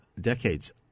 decades